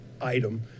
item